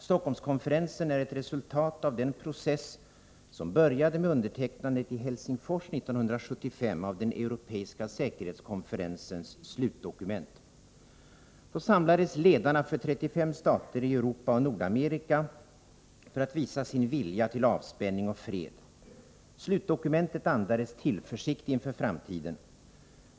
Stockholmskonferensen är ett resultat av den process som började med undertecknandet i Helsingfors 1975 av den europeiska säkerhetskonferensens slutdokument. Då samlades ledarna för 35 stater i Europa och Nordamerika för att visa sin vilja till avspänning och fred. Slutdokumentet andades tillförsikt inför framtiden.